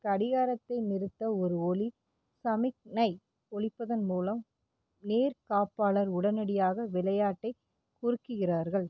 கடிகாரத்தை நிறுத்த ஒரு ஒலி சமிக்ஞை ஒலிப்பதன் மூலம் நேரக்காப்பாளர் உடனடியாக விளையாட்டை குறுக்குகிறார்கள்